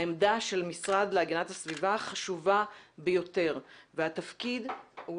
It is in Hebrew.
העמדה של המשרד להגנת הסביבה חשובה ביותר והתפקיד הוא